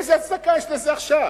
איזו הצדקה יש לזה עכשיו?